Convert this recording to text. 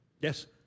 Yes